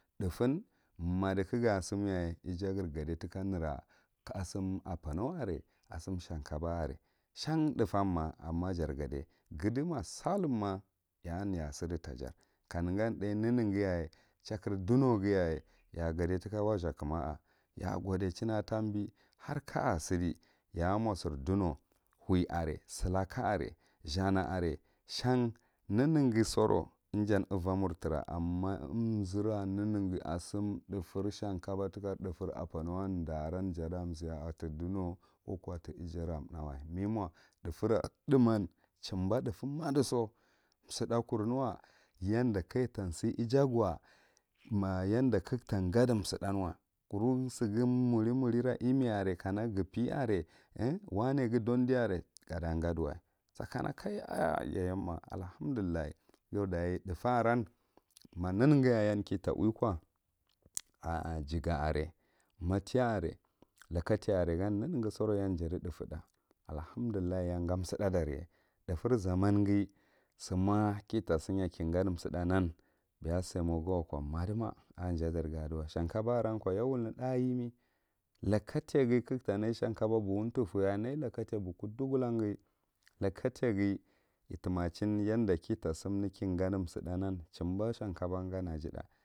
Thufen madi kaga sim yaye jagre gadai tika nera asiru apano are, asim sham kobah are, shan thu’fun ma amma jour gadai, myudima sahluma ya an ya a sidi taja ka neneghi yaye cha kiri dunoughiyaye ya a gadai tika wa zuhkumma a ya a goda chin aka tambi har ka a siɗi ya a mo sir ɗunou huw are silaka area, zhuna are shan neneghu souro ijan uva mor tra umma neneghi umzuhra a sin thufur shank oba tika thufur apano wan darom jaɗa zhiya tiɗunou ko kuwa ti iji rathahwa memo thufura thuman jumba thufe madiso suɗa kurnewa yanda ka ta siye iya guwa ma yanda ka ga ta gaɗi siɗan wa, kura sigh mori morira ini are kana gupe are u wanwghi dondi are gada gadiwa sakanal yayeh ma allahamdullah, you ɗaye thu’fe aran ma neneghi yaye yan kita uwi ko a are yaga are, matifa are lakatai are neneghi soure yan jati thufu thi allahamdullah yanga suɗɗaraye, thufur zamanghi summah suɗɗarage, thufur zamanghi summah kita henya kigadu sida nan beya samo ghaw wako madima ako ja ɗarran aduwa sha kaboh aran ko ya wul metha yemi lakataighi kaguh ta na shan konah bufu thufu yaye ney lakatai bugu ɗugulan ghi, lakataigh itima chi yanva kita simue kigadi suɗɗa nan chimba shan koboh gan ajiɗha.